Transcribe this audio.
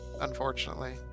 unfortunately